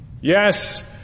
Yes